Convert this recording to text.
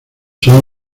son